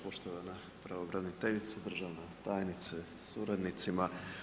Poštovana pravobraniteljice, državna tajnice sa suradnicima.